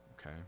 Okay